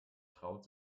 traut